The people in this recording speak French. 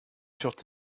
furent